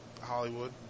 Hollywood